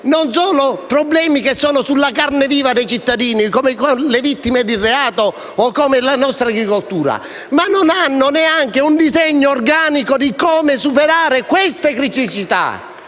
cuore i problemi che sono sulla carne viva dei cittadini (come quelli delle vittime di reato e della nostra agricoltura), ma non ha neanche un disegno organico su come superare queste criticità.